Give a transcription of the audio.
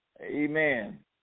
amen